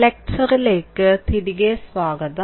പ്രഭാഷണത്തിലേക്ക് തിരികെ സ്വാഗതം